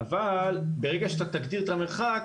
אבל ברגע שאתה תגדיר את המרחק